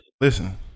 listen